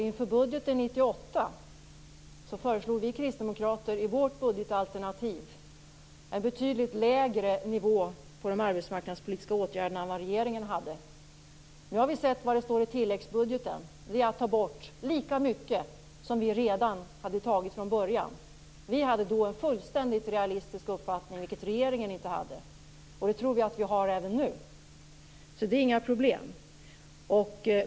Inför budgetarbetet 1998 föreslog vi kristdemokrater i vårt budgetalternativ en betydligt lägre nivå på anslaget till de arbetsmarknadspolitiska åtgärderna än vad regeringen föreslog. Nu har vi sett vad det står i tilläggsbudgeten. Där tar man bort lika mycket som vi hade velat ta bort från början. Vi hade då en fullständigt realistisk uppfattning, vilket regeringen inte hade, och det tror vi att vi har även nu. Så det är inga problem.